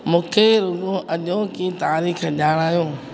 मुखे रुॻो अॼोकी तारीख़ ॼाणायो